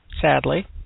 Sadly